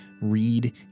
read